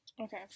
okay